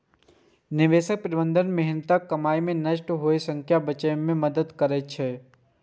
निवेश प्रबंधन मेहनतक कमाई कें नष्ट होइ सं बचबै मे मदति करै छै